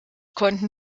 konnten